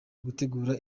gutegura